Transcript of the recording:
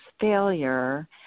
failure